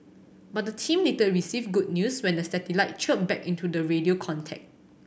but the team later received good news when the satellites chirped back into the radio contact